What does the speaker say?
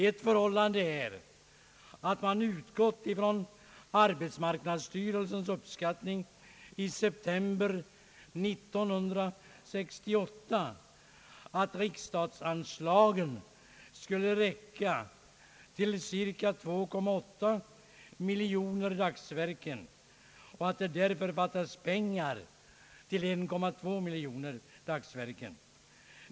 Ett förhållande är att man utgått ifrån arbetsmarknadsstyrelsens uppskattning i september 1968 att riksstatsanslagen skulle räcka till cirka 2,8 miljoner dagsverken och att det därför fattas pengar till 1,2 miljon dagsverken.